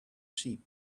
sheep